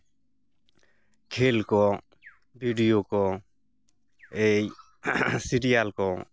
ᱠᱷᱮᱞ ᱠᱚ ᱵᱷᱤᱰᱤᱭᱳ ᱠᱚ ᱮᱭ ᱥᱤᱨᱤᱭᱟᱞ ᱠᱚ